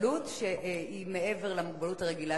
זו מוגבלות שהיא מעבר למוגבלות הרגילה